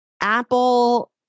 Apple